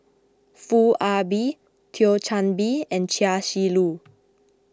Foo Ah Bee Thio Chan Bee and Chia Shi Lu